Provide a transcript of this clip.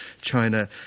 China